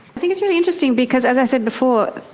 i think it's really interesting because, as i said before,